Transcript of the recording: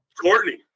Courtney